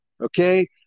Okay